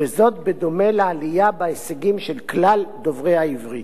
בדומה לעלייה בהישגים של כלל דוברי העברית.